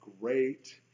great